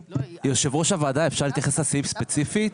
יושב ראש הוועדה, אפשר להתייחס לסעיף ספציפית?